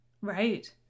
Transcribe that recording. Right